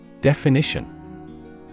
Definition